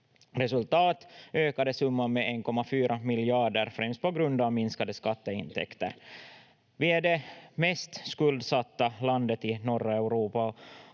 resultat ökade summan med 1,4 miljarder, främst på grund av minskade skatteintäkter. Vi är det mest skuldsatta landet i norra Europa,